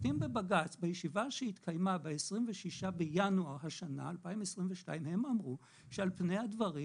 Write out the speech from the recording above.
בישיבה שהתקיימה ב-26 בינואר 2022 הם אמרו שעל פני הדברים